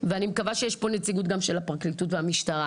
ואני מקווה שיש פה נציגות גם של הפרקליטות והמשטרה,